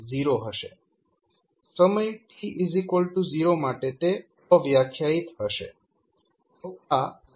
સમય t0 માટે તે અવ્યાખ્યાયીત હશે